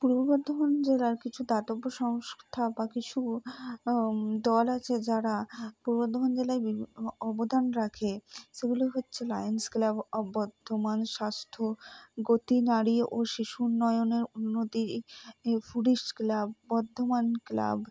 পূর্ব বর্ধমান জেলার কিছু দাতব্য সংস্থা বা কিছু দল আছে যারা পূর্ব বর্ধমান জেলায় অবদান রাখে সেগুলো হচ্ছে লায়ন্স ক্লাব অব বর্ধমান স্বাস্থ্য গতিনারী ও শিশু উন্নয়নের উন্নতি ফুডিশ ক্লাব বর্ধমান ক্লাব